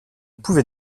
pouvais